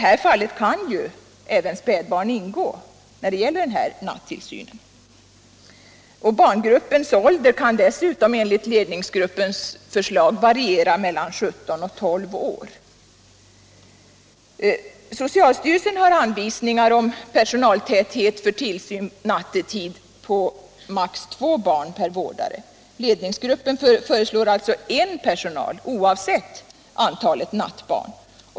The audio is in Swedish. I den nattillsyn som det gäller kan även spädbarn ingå. Barngruppens ålder kan dessutom enligt ledningsgruppens förslag variera mellan 7 månader och 12 år. Socialstyrelsen har i sina anvisningar om personaltäthet för tillsyn nattetid angivit två barn per vårdare. Ledningsgruppen i Luleå föreslår en vårdare oavsett antalet nattbarn.